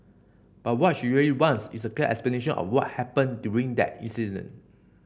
but what she really wants is a clear explanation of what happened during that incident